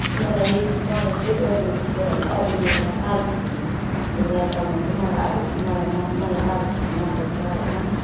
मलाई मलाई चाहिँ बलिवुडको होइन अभिनेता साहरुख खान सँग चाहिँ मलाई अब मलाई मलाई मन मलाई साहरुख खान मन पर्छ होइन